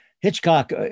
Hitchcock